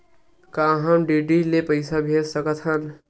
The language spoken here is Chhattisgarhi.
का हम डी.डी ले पईसा भेज सकत हन?